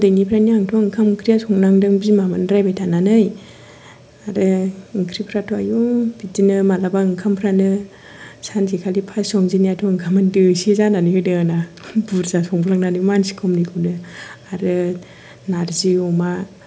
उन्दैनिफ्रायनो आंथ' ओंखाम ओंख्रिया संनांदों बिमामोन रायबाय थानानै आरो ओंख्रि फोराथ' आयु बिदिनो बिदिनो माब्लाबा ओंखामफोरानो सानसेखालि फार्स्ट संजेननायाथ' ओंखामानो दोसे जानानै होदों आंना बुरजा संफ्लांनानै मानसि खमनिखौनो आरो नारजि अमा